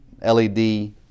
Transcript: LED